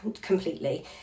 completely